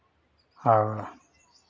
और